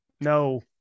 No